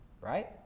right